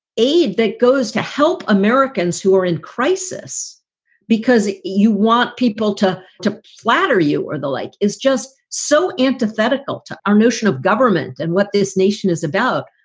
aid that goes to help americans who are in crisis because you want people to to flatter you or the like is just so antithetical to our notion of government. and what this nation is about.